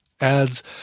adds